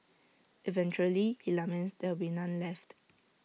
eventually he laments there will be none left